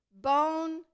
Bone